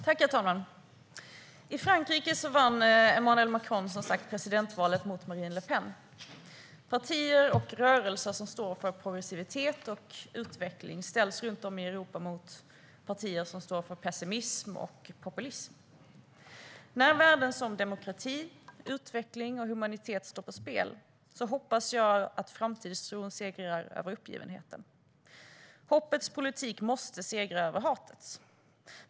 Herr talman! I Frankrike vann Emmanuel Macron som sagt presidentvalet mot Marine Le Pen. Partier och rörelser som står för progressivitet och utveckling ställs runt om i Europa mot partier som står för pessimism och populism. När värden som demokrati, utveckling och humanitet står på spel hoppas jag att framtidstron segrar över uppgivenheten. Hoppets politik måste segra över hatets.